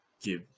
give